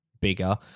bigger